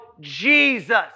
Jesus